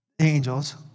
angels